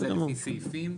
סעיפים.